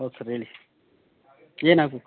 ಹೌದ್ ಸರ್ ಹೇಳಿ ಏನಾಗಬೇಕು